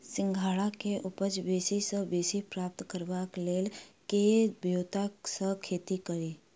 सिंघाड़ा केँ उपज बेसी सऽ बेसी प्राप्त करबाक लेल केँ ब्योंत सऽ खेती कड़ी?